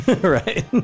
Right